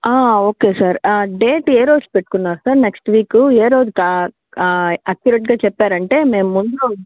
okay sir ఆ date ఏ రోజు పెట్టుకున్నారు సార్ నెక్స్ట్ వీక్ ఏ రోజు ఆక్యురేట్గా చెప్పారంటే మేం ముందు